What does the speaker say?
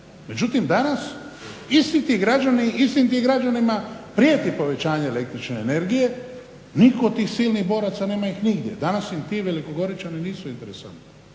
Međutim, danas isti ti građani, istim tim građanima prijeti povećanje električne energije. Nitko od tih silnih boraca nema ih nigdje. Danas im ti Velikogoričani nisu interesantni.